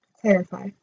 Clarify